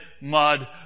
mud